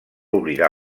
oblidar